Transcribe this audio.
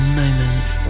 moments